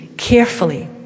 Carefully